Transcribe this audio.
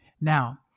Now